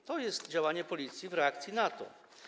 I to jest działanie policji w reakcji na to.